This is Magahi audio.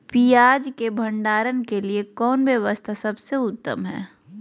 पियाज़ के भंडारण के लिए कौन व्यवस्था सबसे उत्तम है?